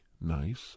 nice